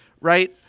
Right